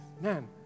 man